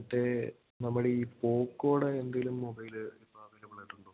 മറ്റേ നമ്മുടെ ഈ പോക്കോടെ എന്തേലും മൊബൈല് ഇപ്പോൾ അവൈലബ്ൾ ആയിട്ടുണ്ടോ